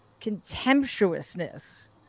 contemptuousness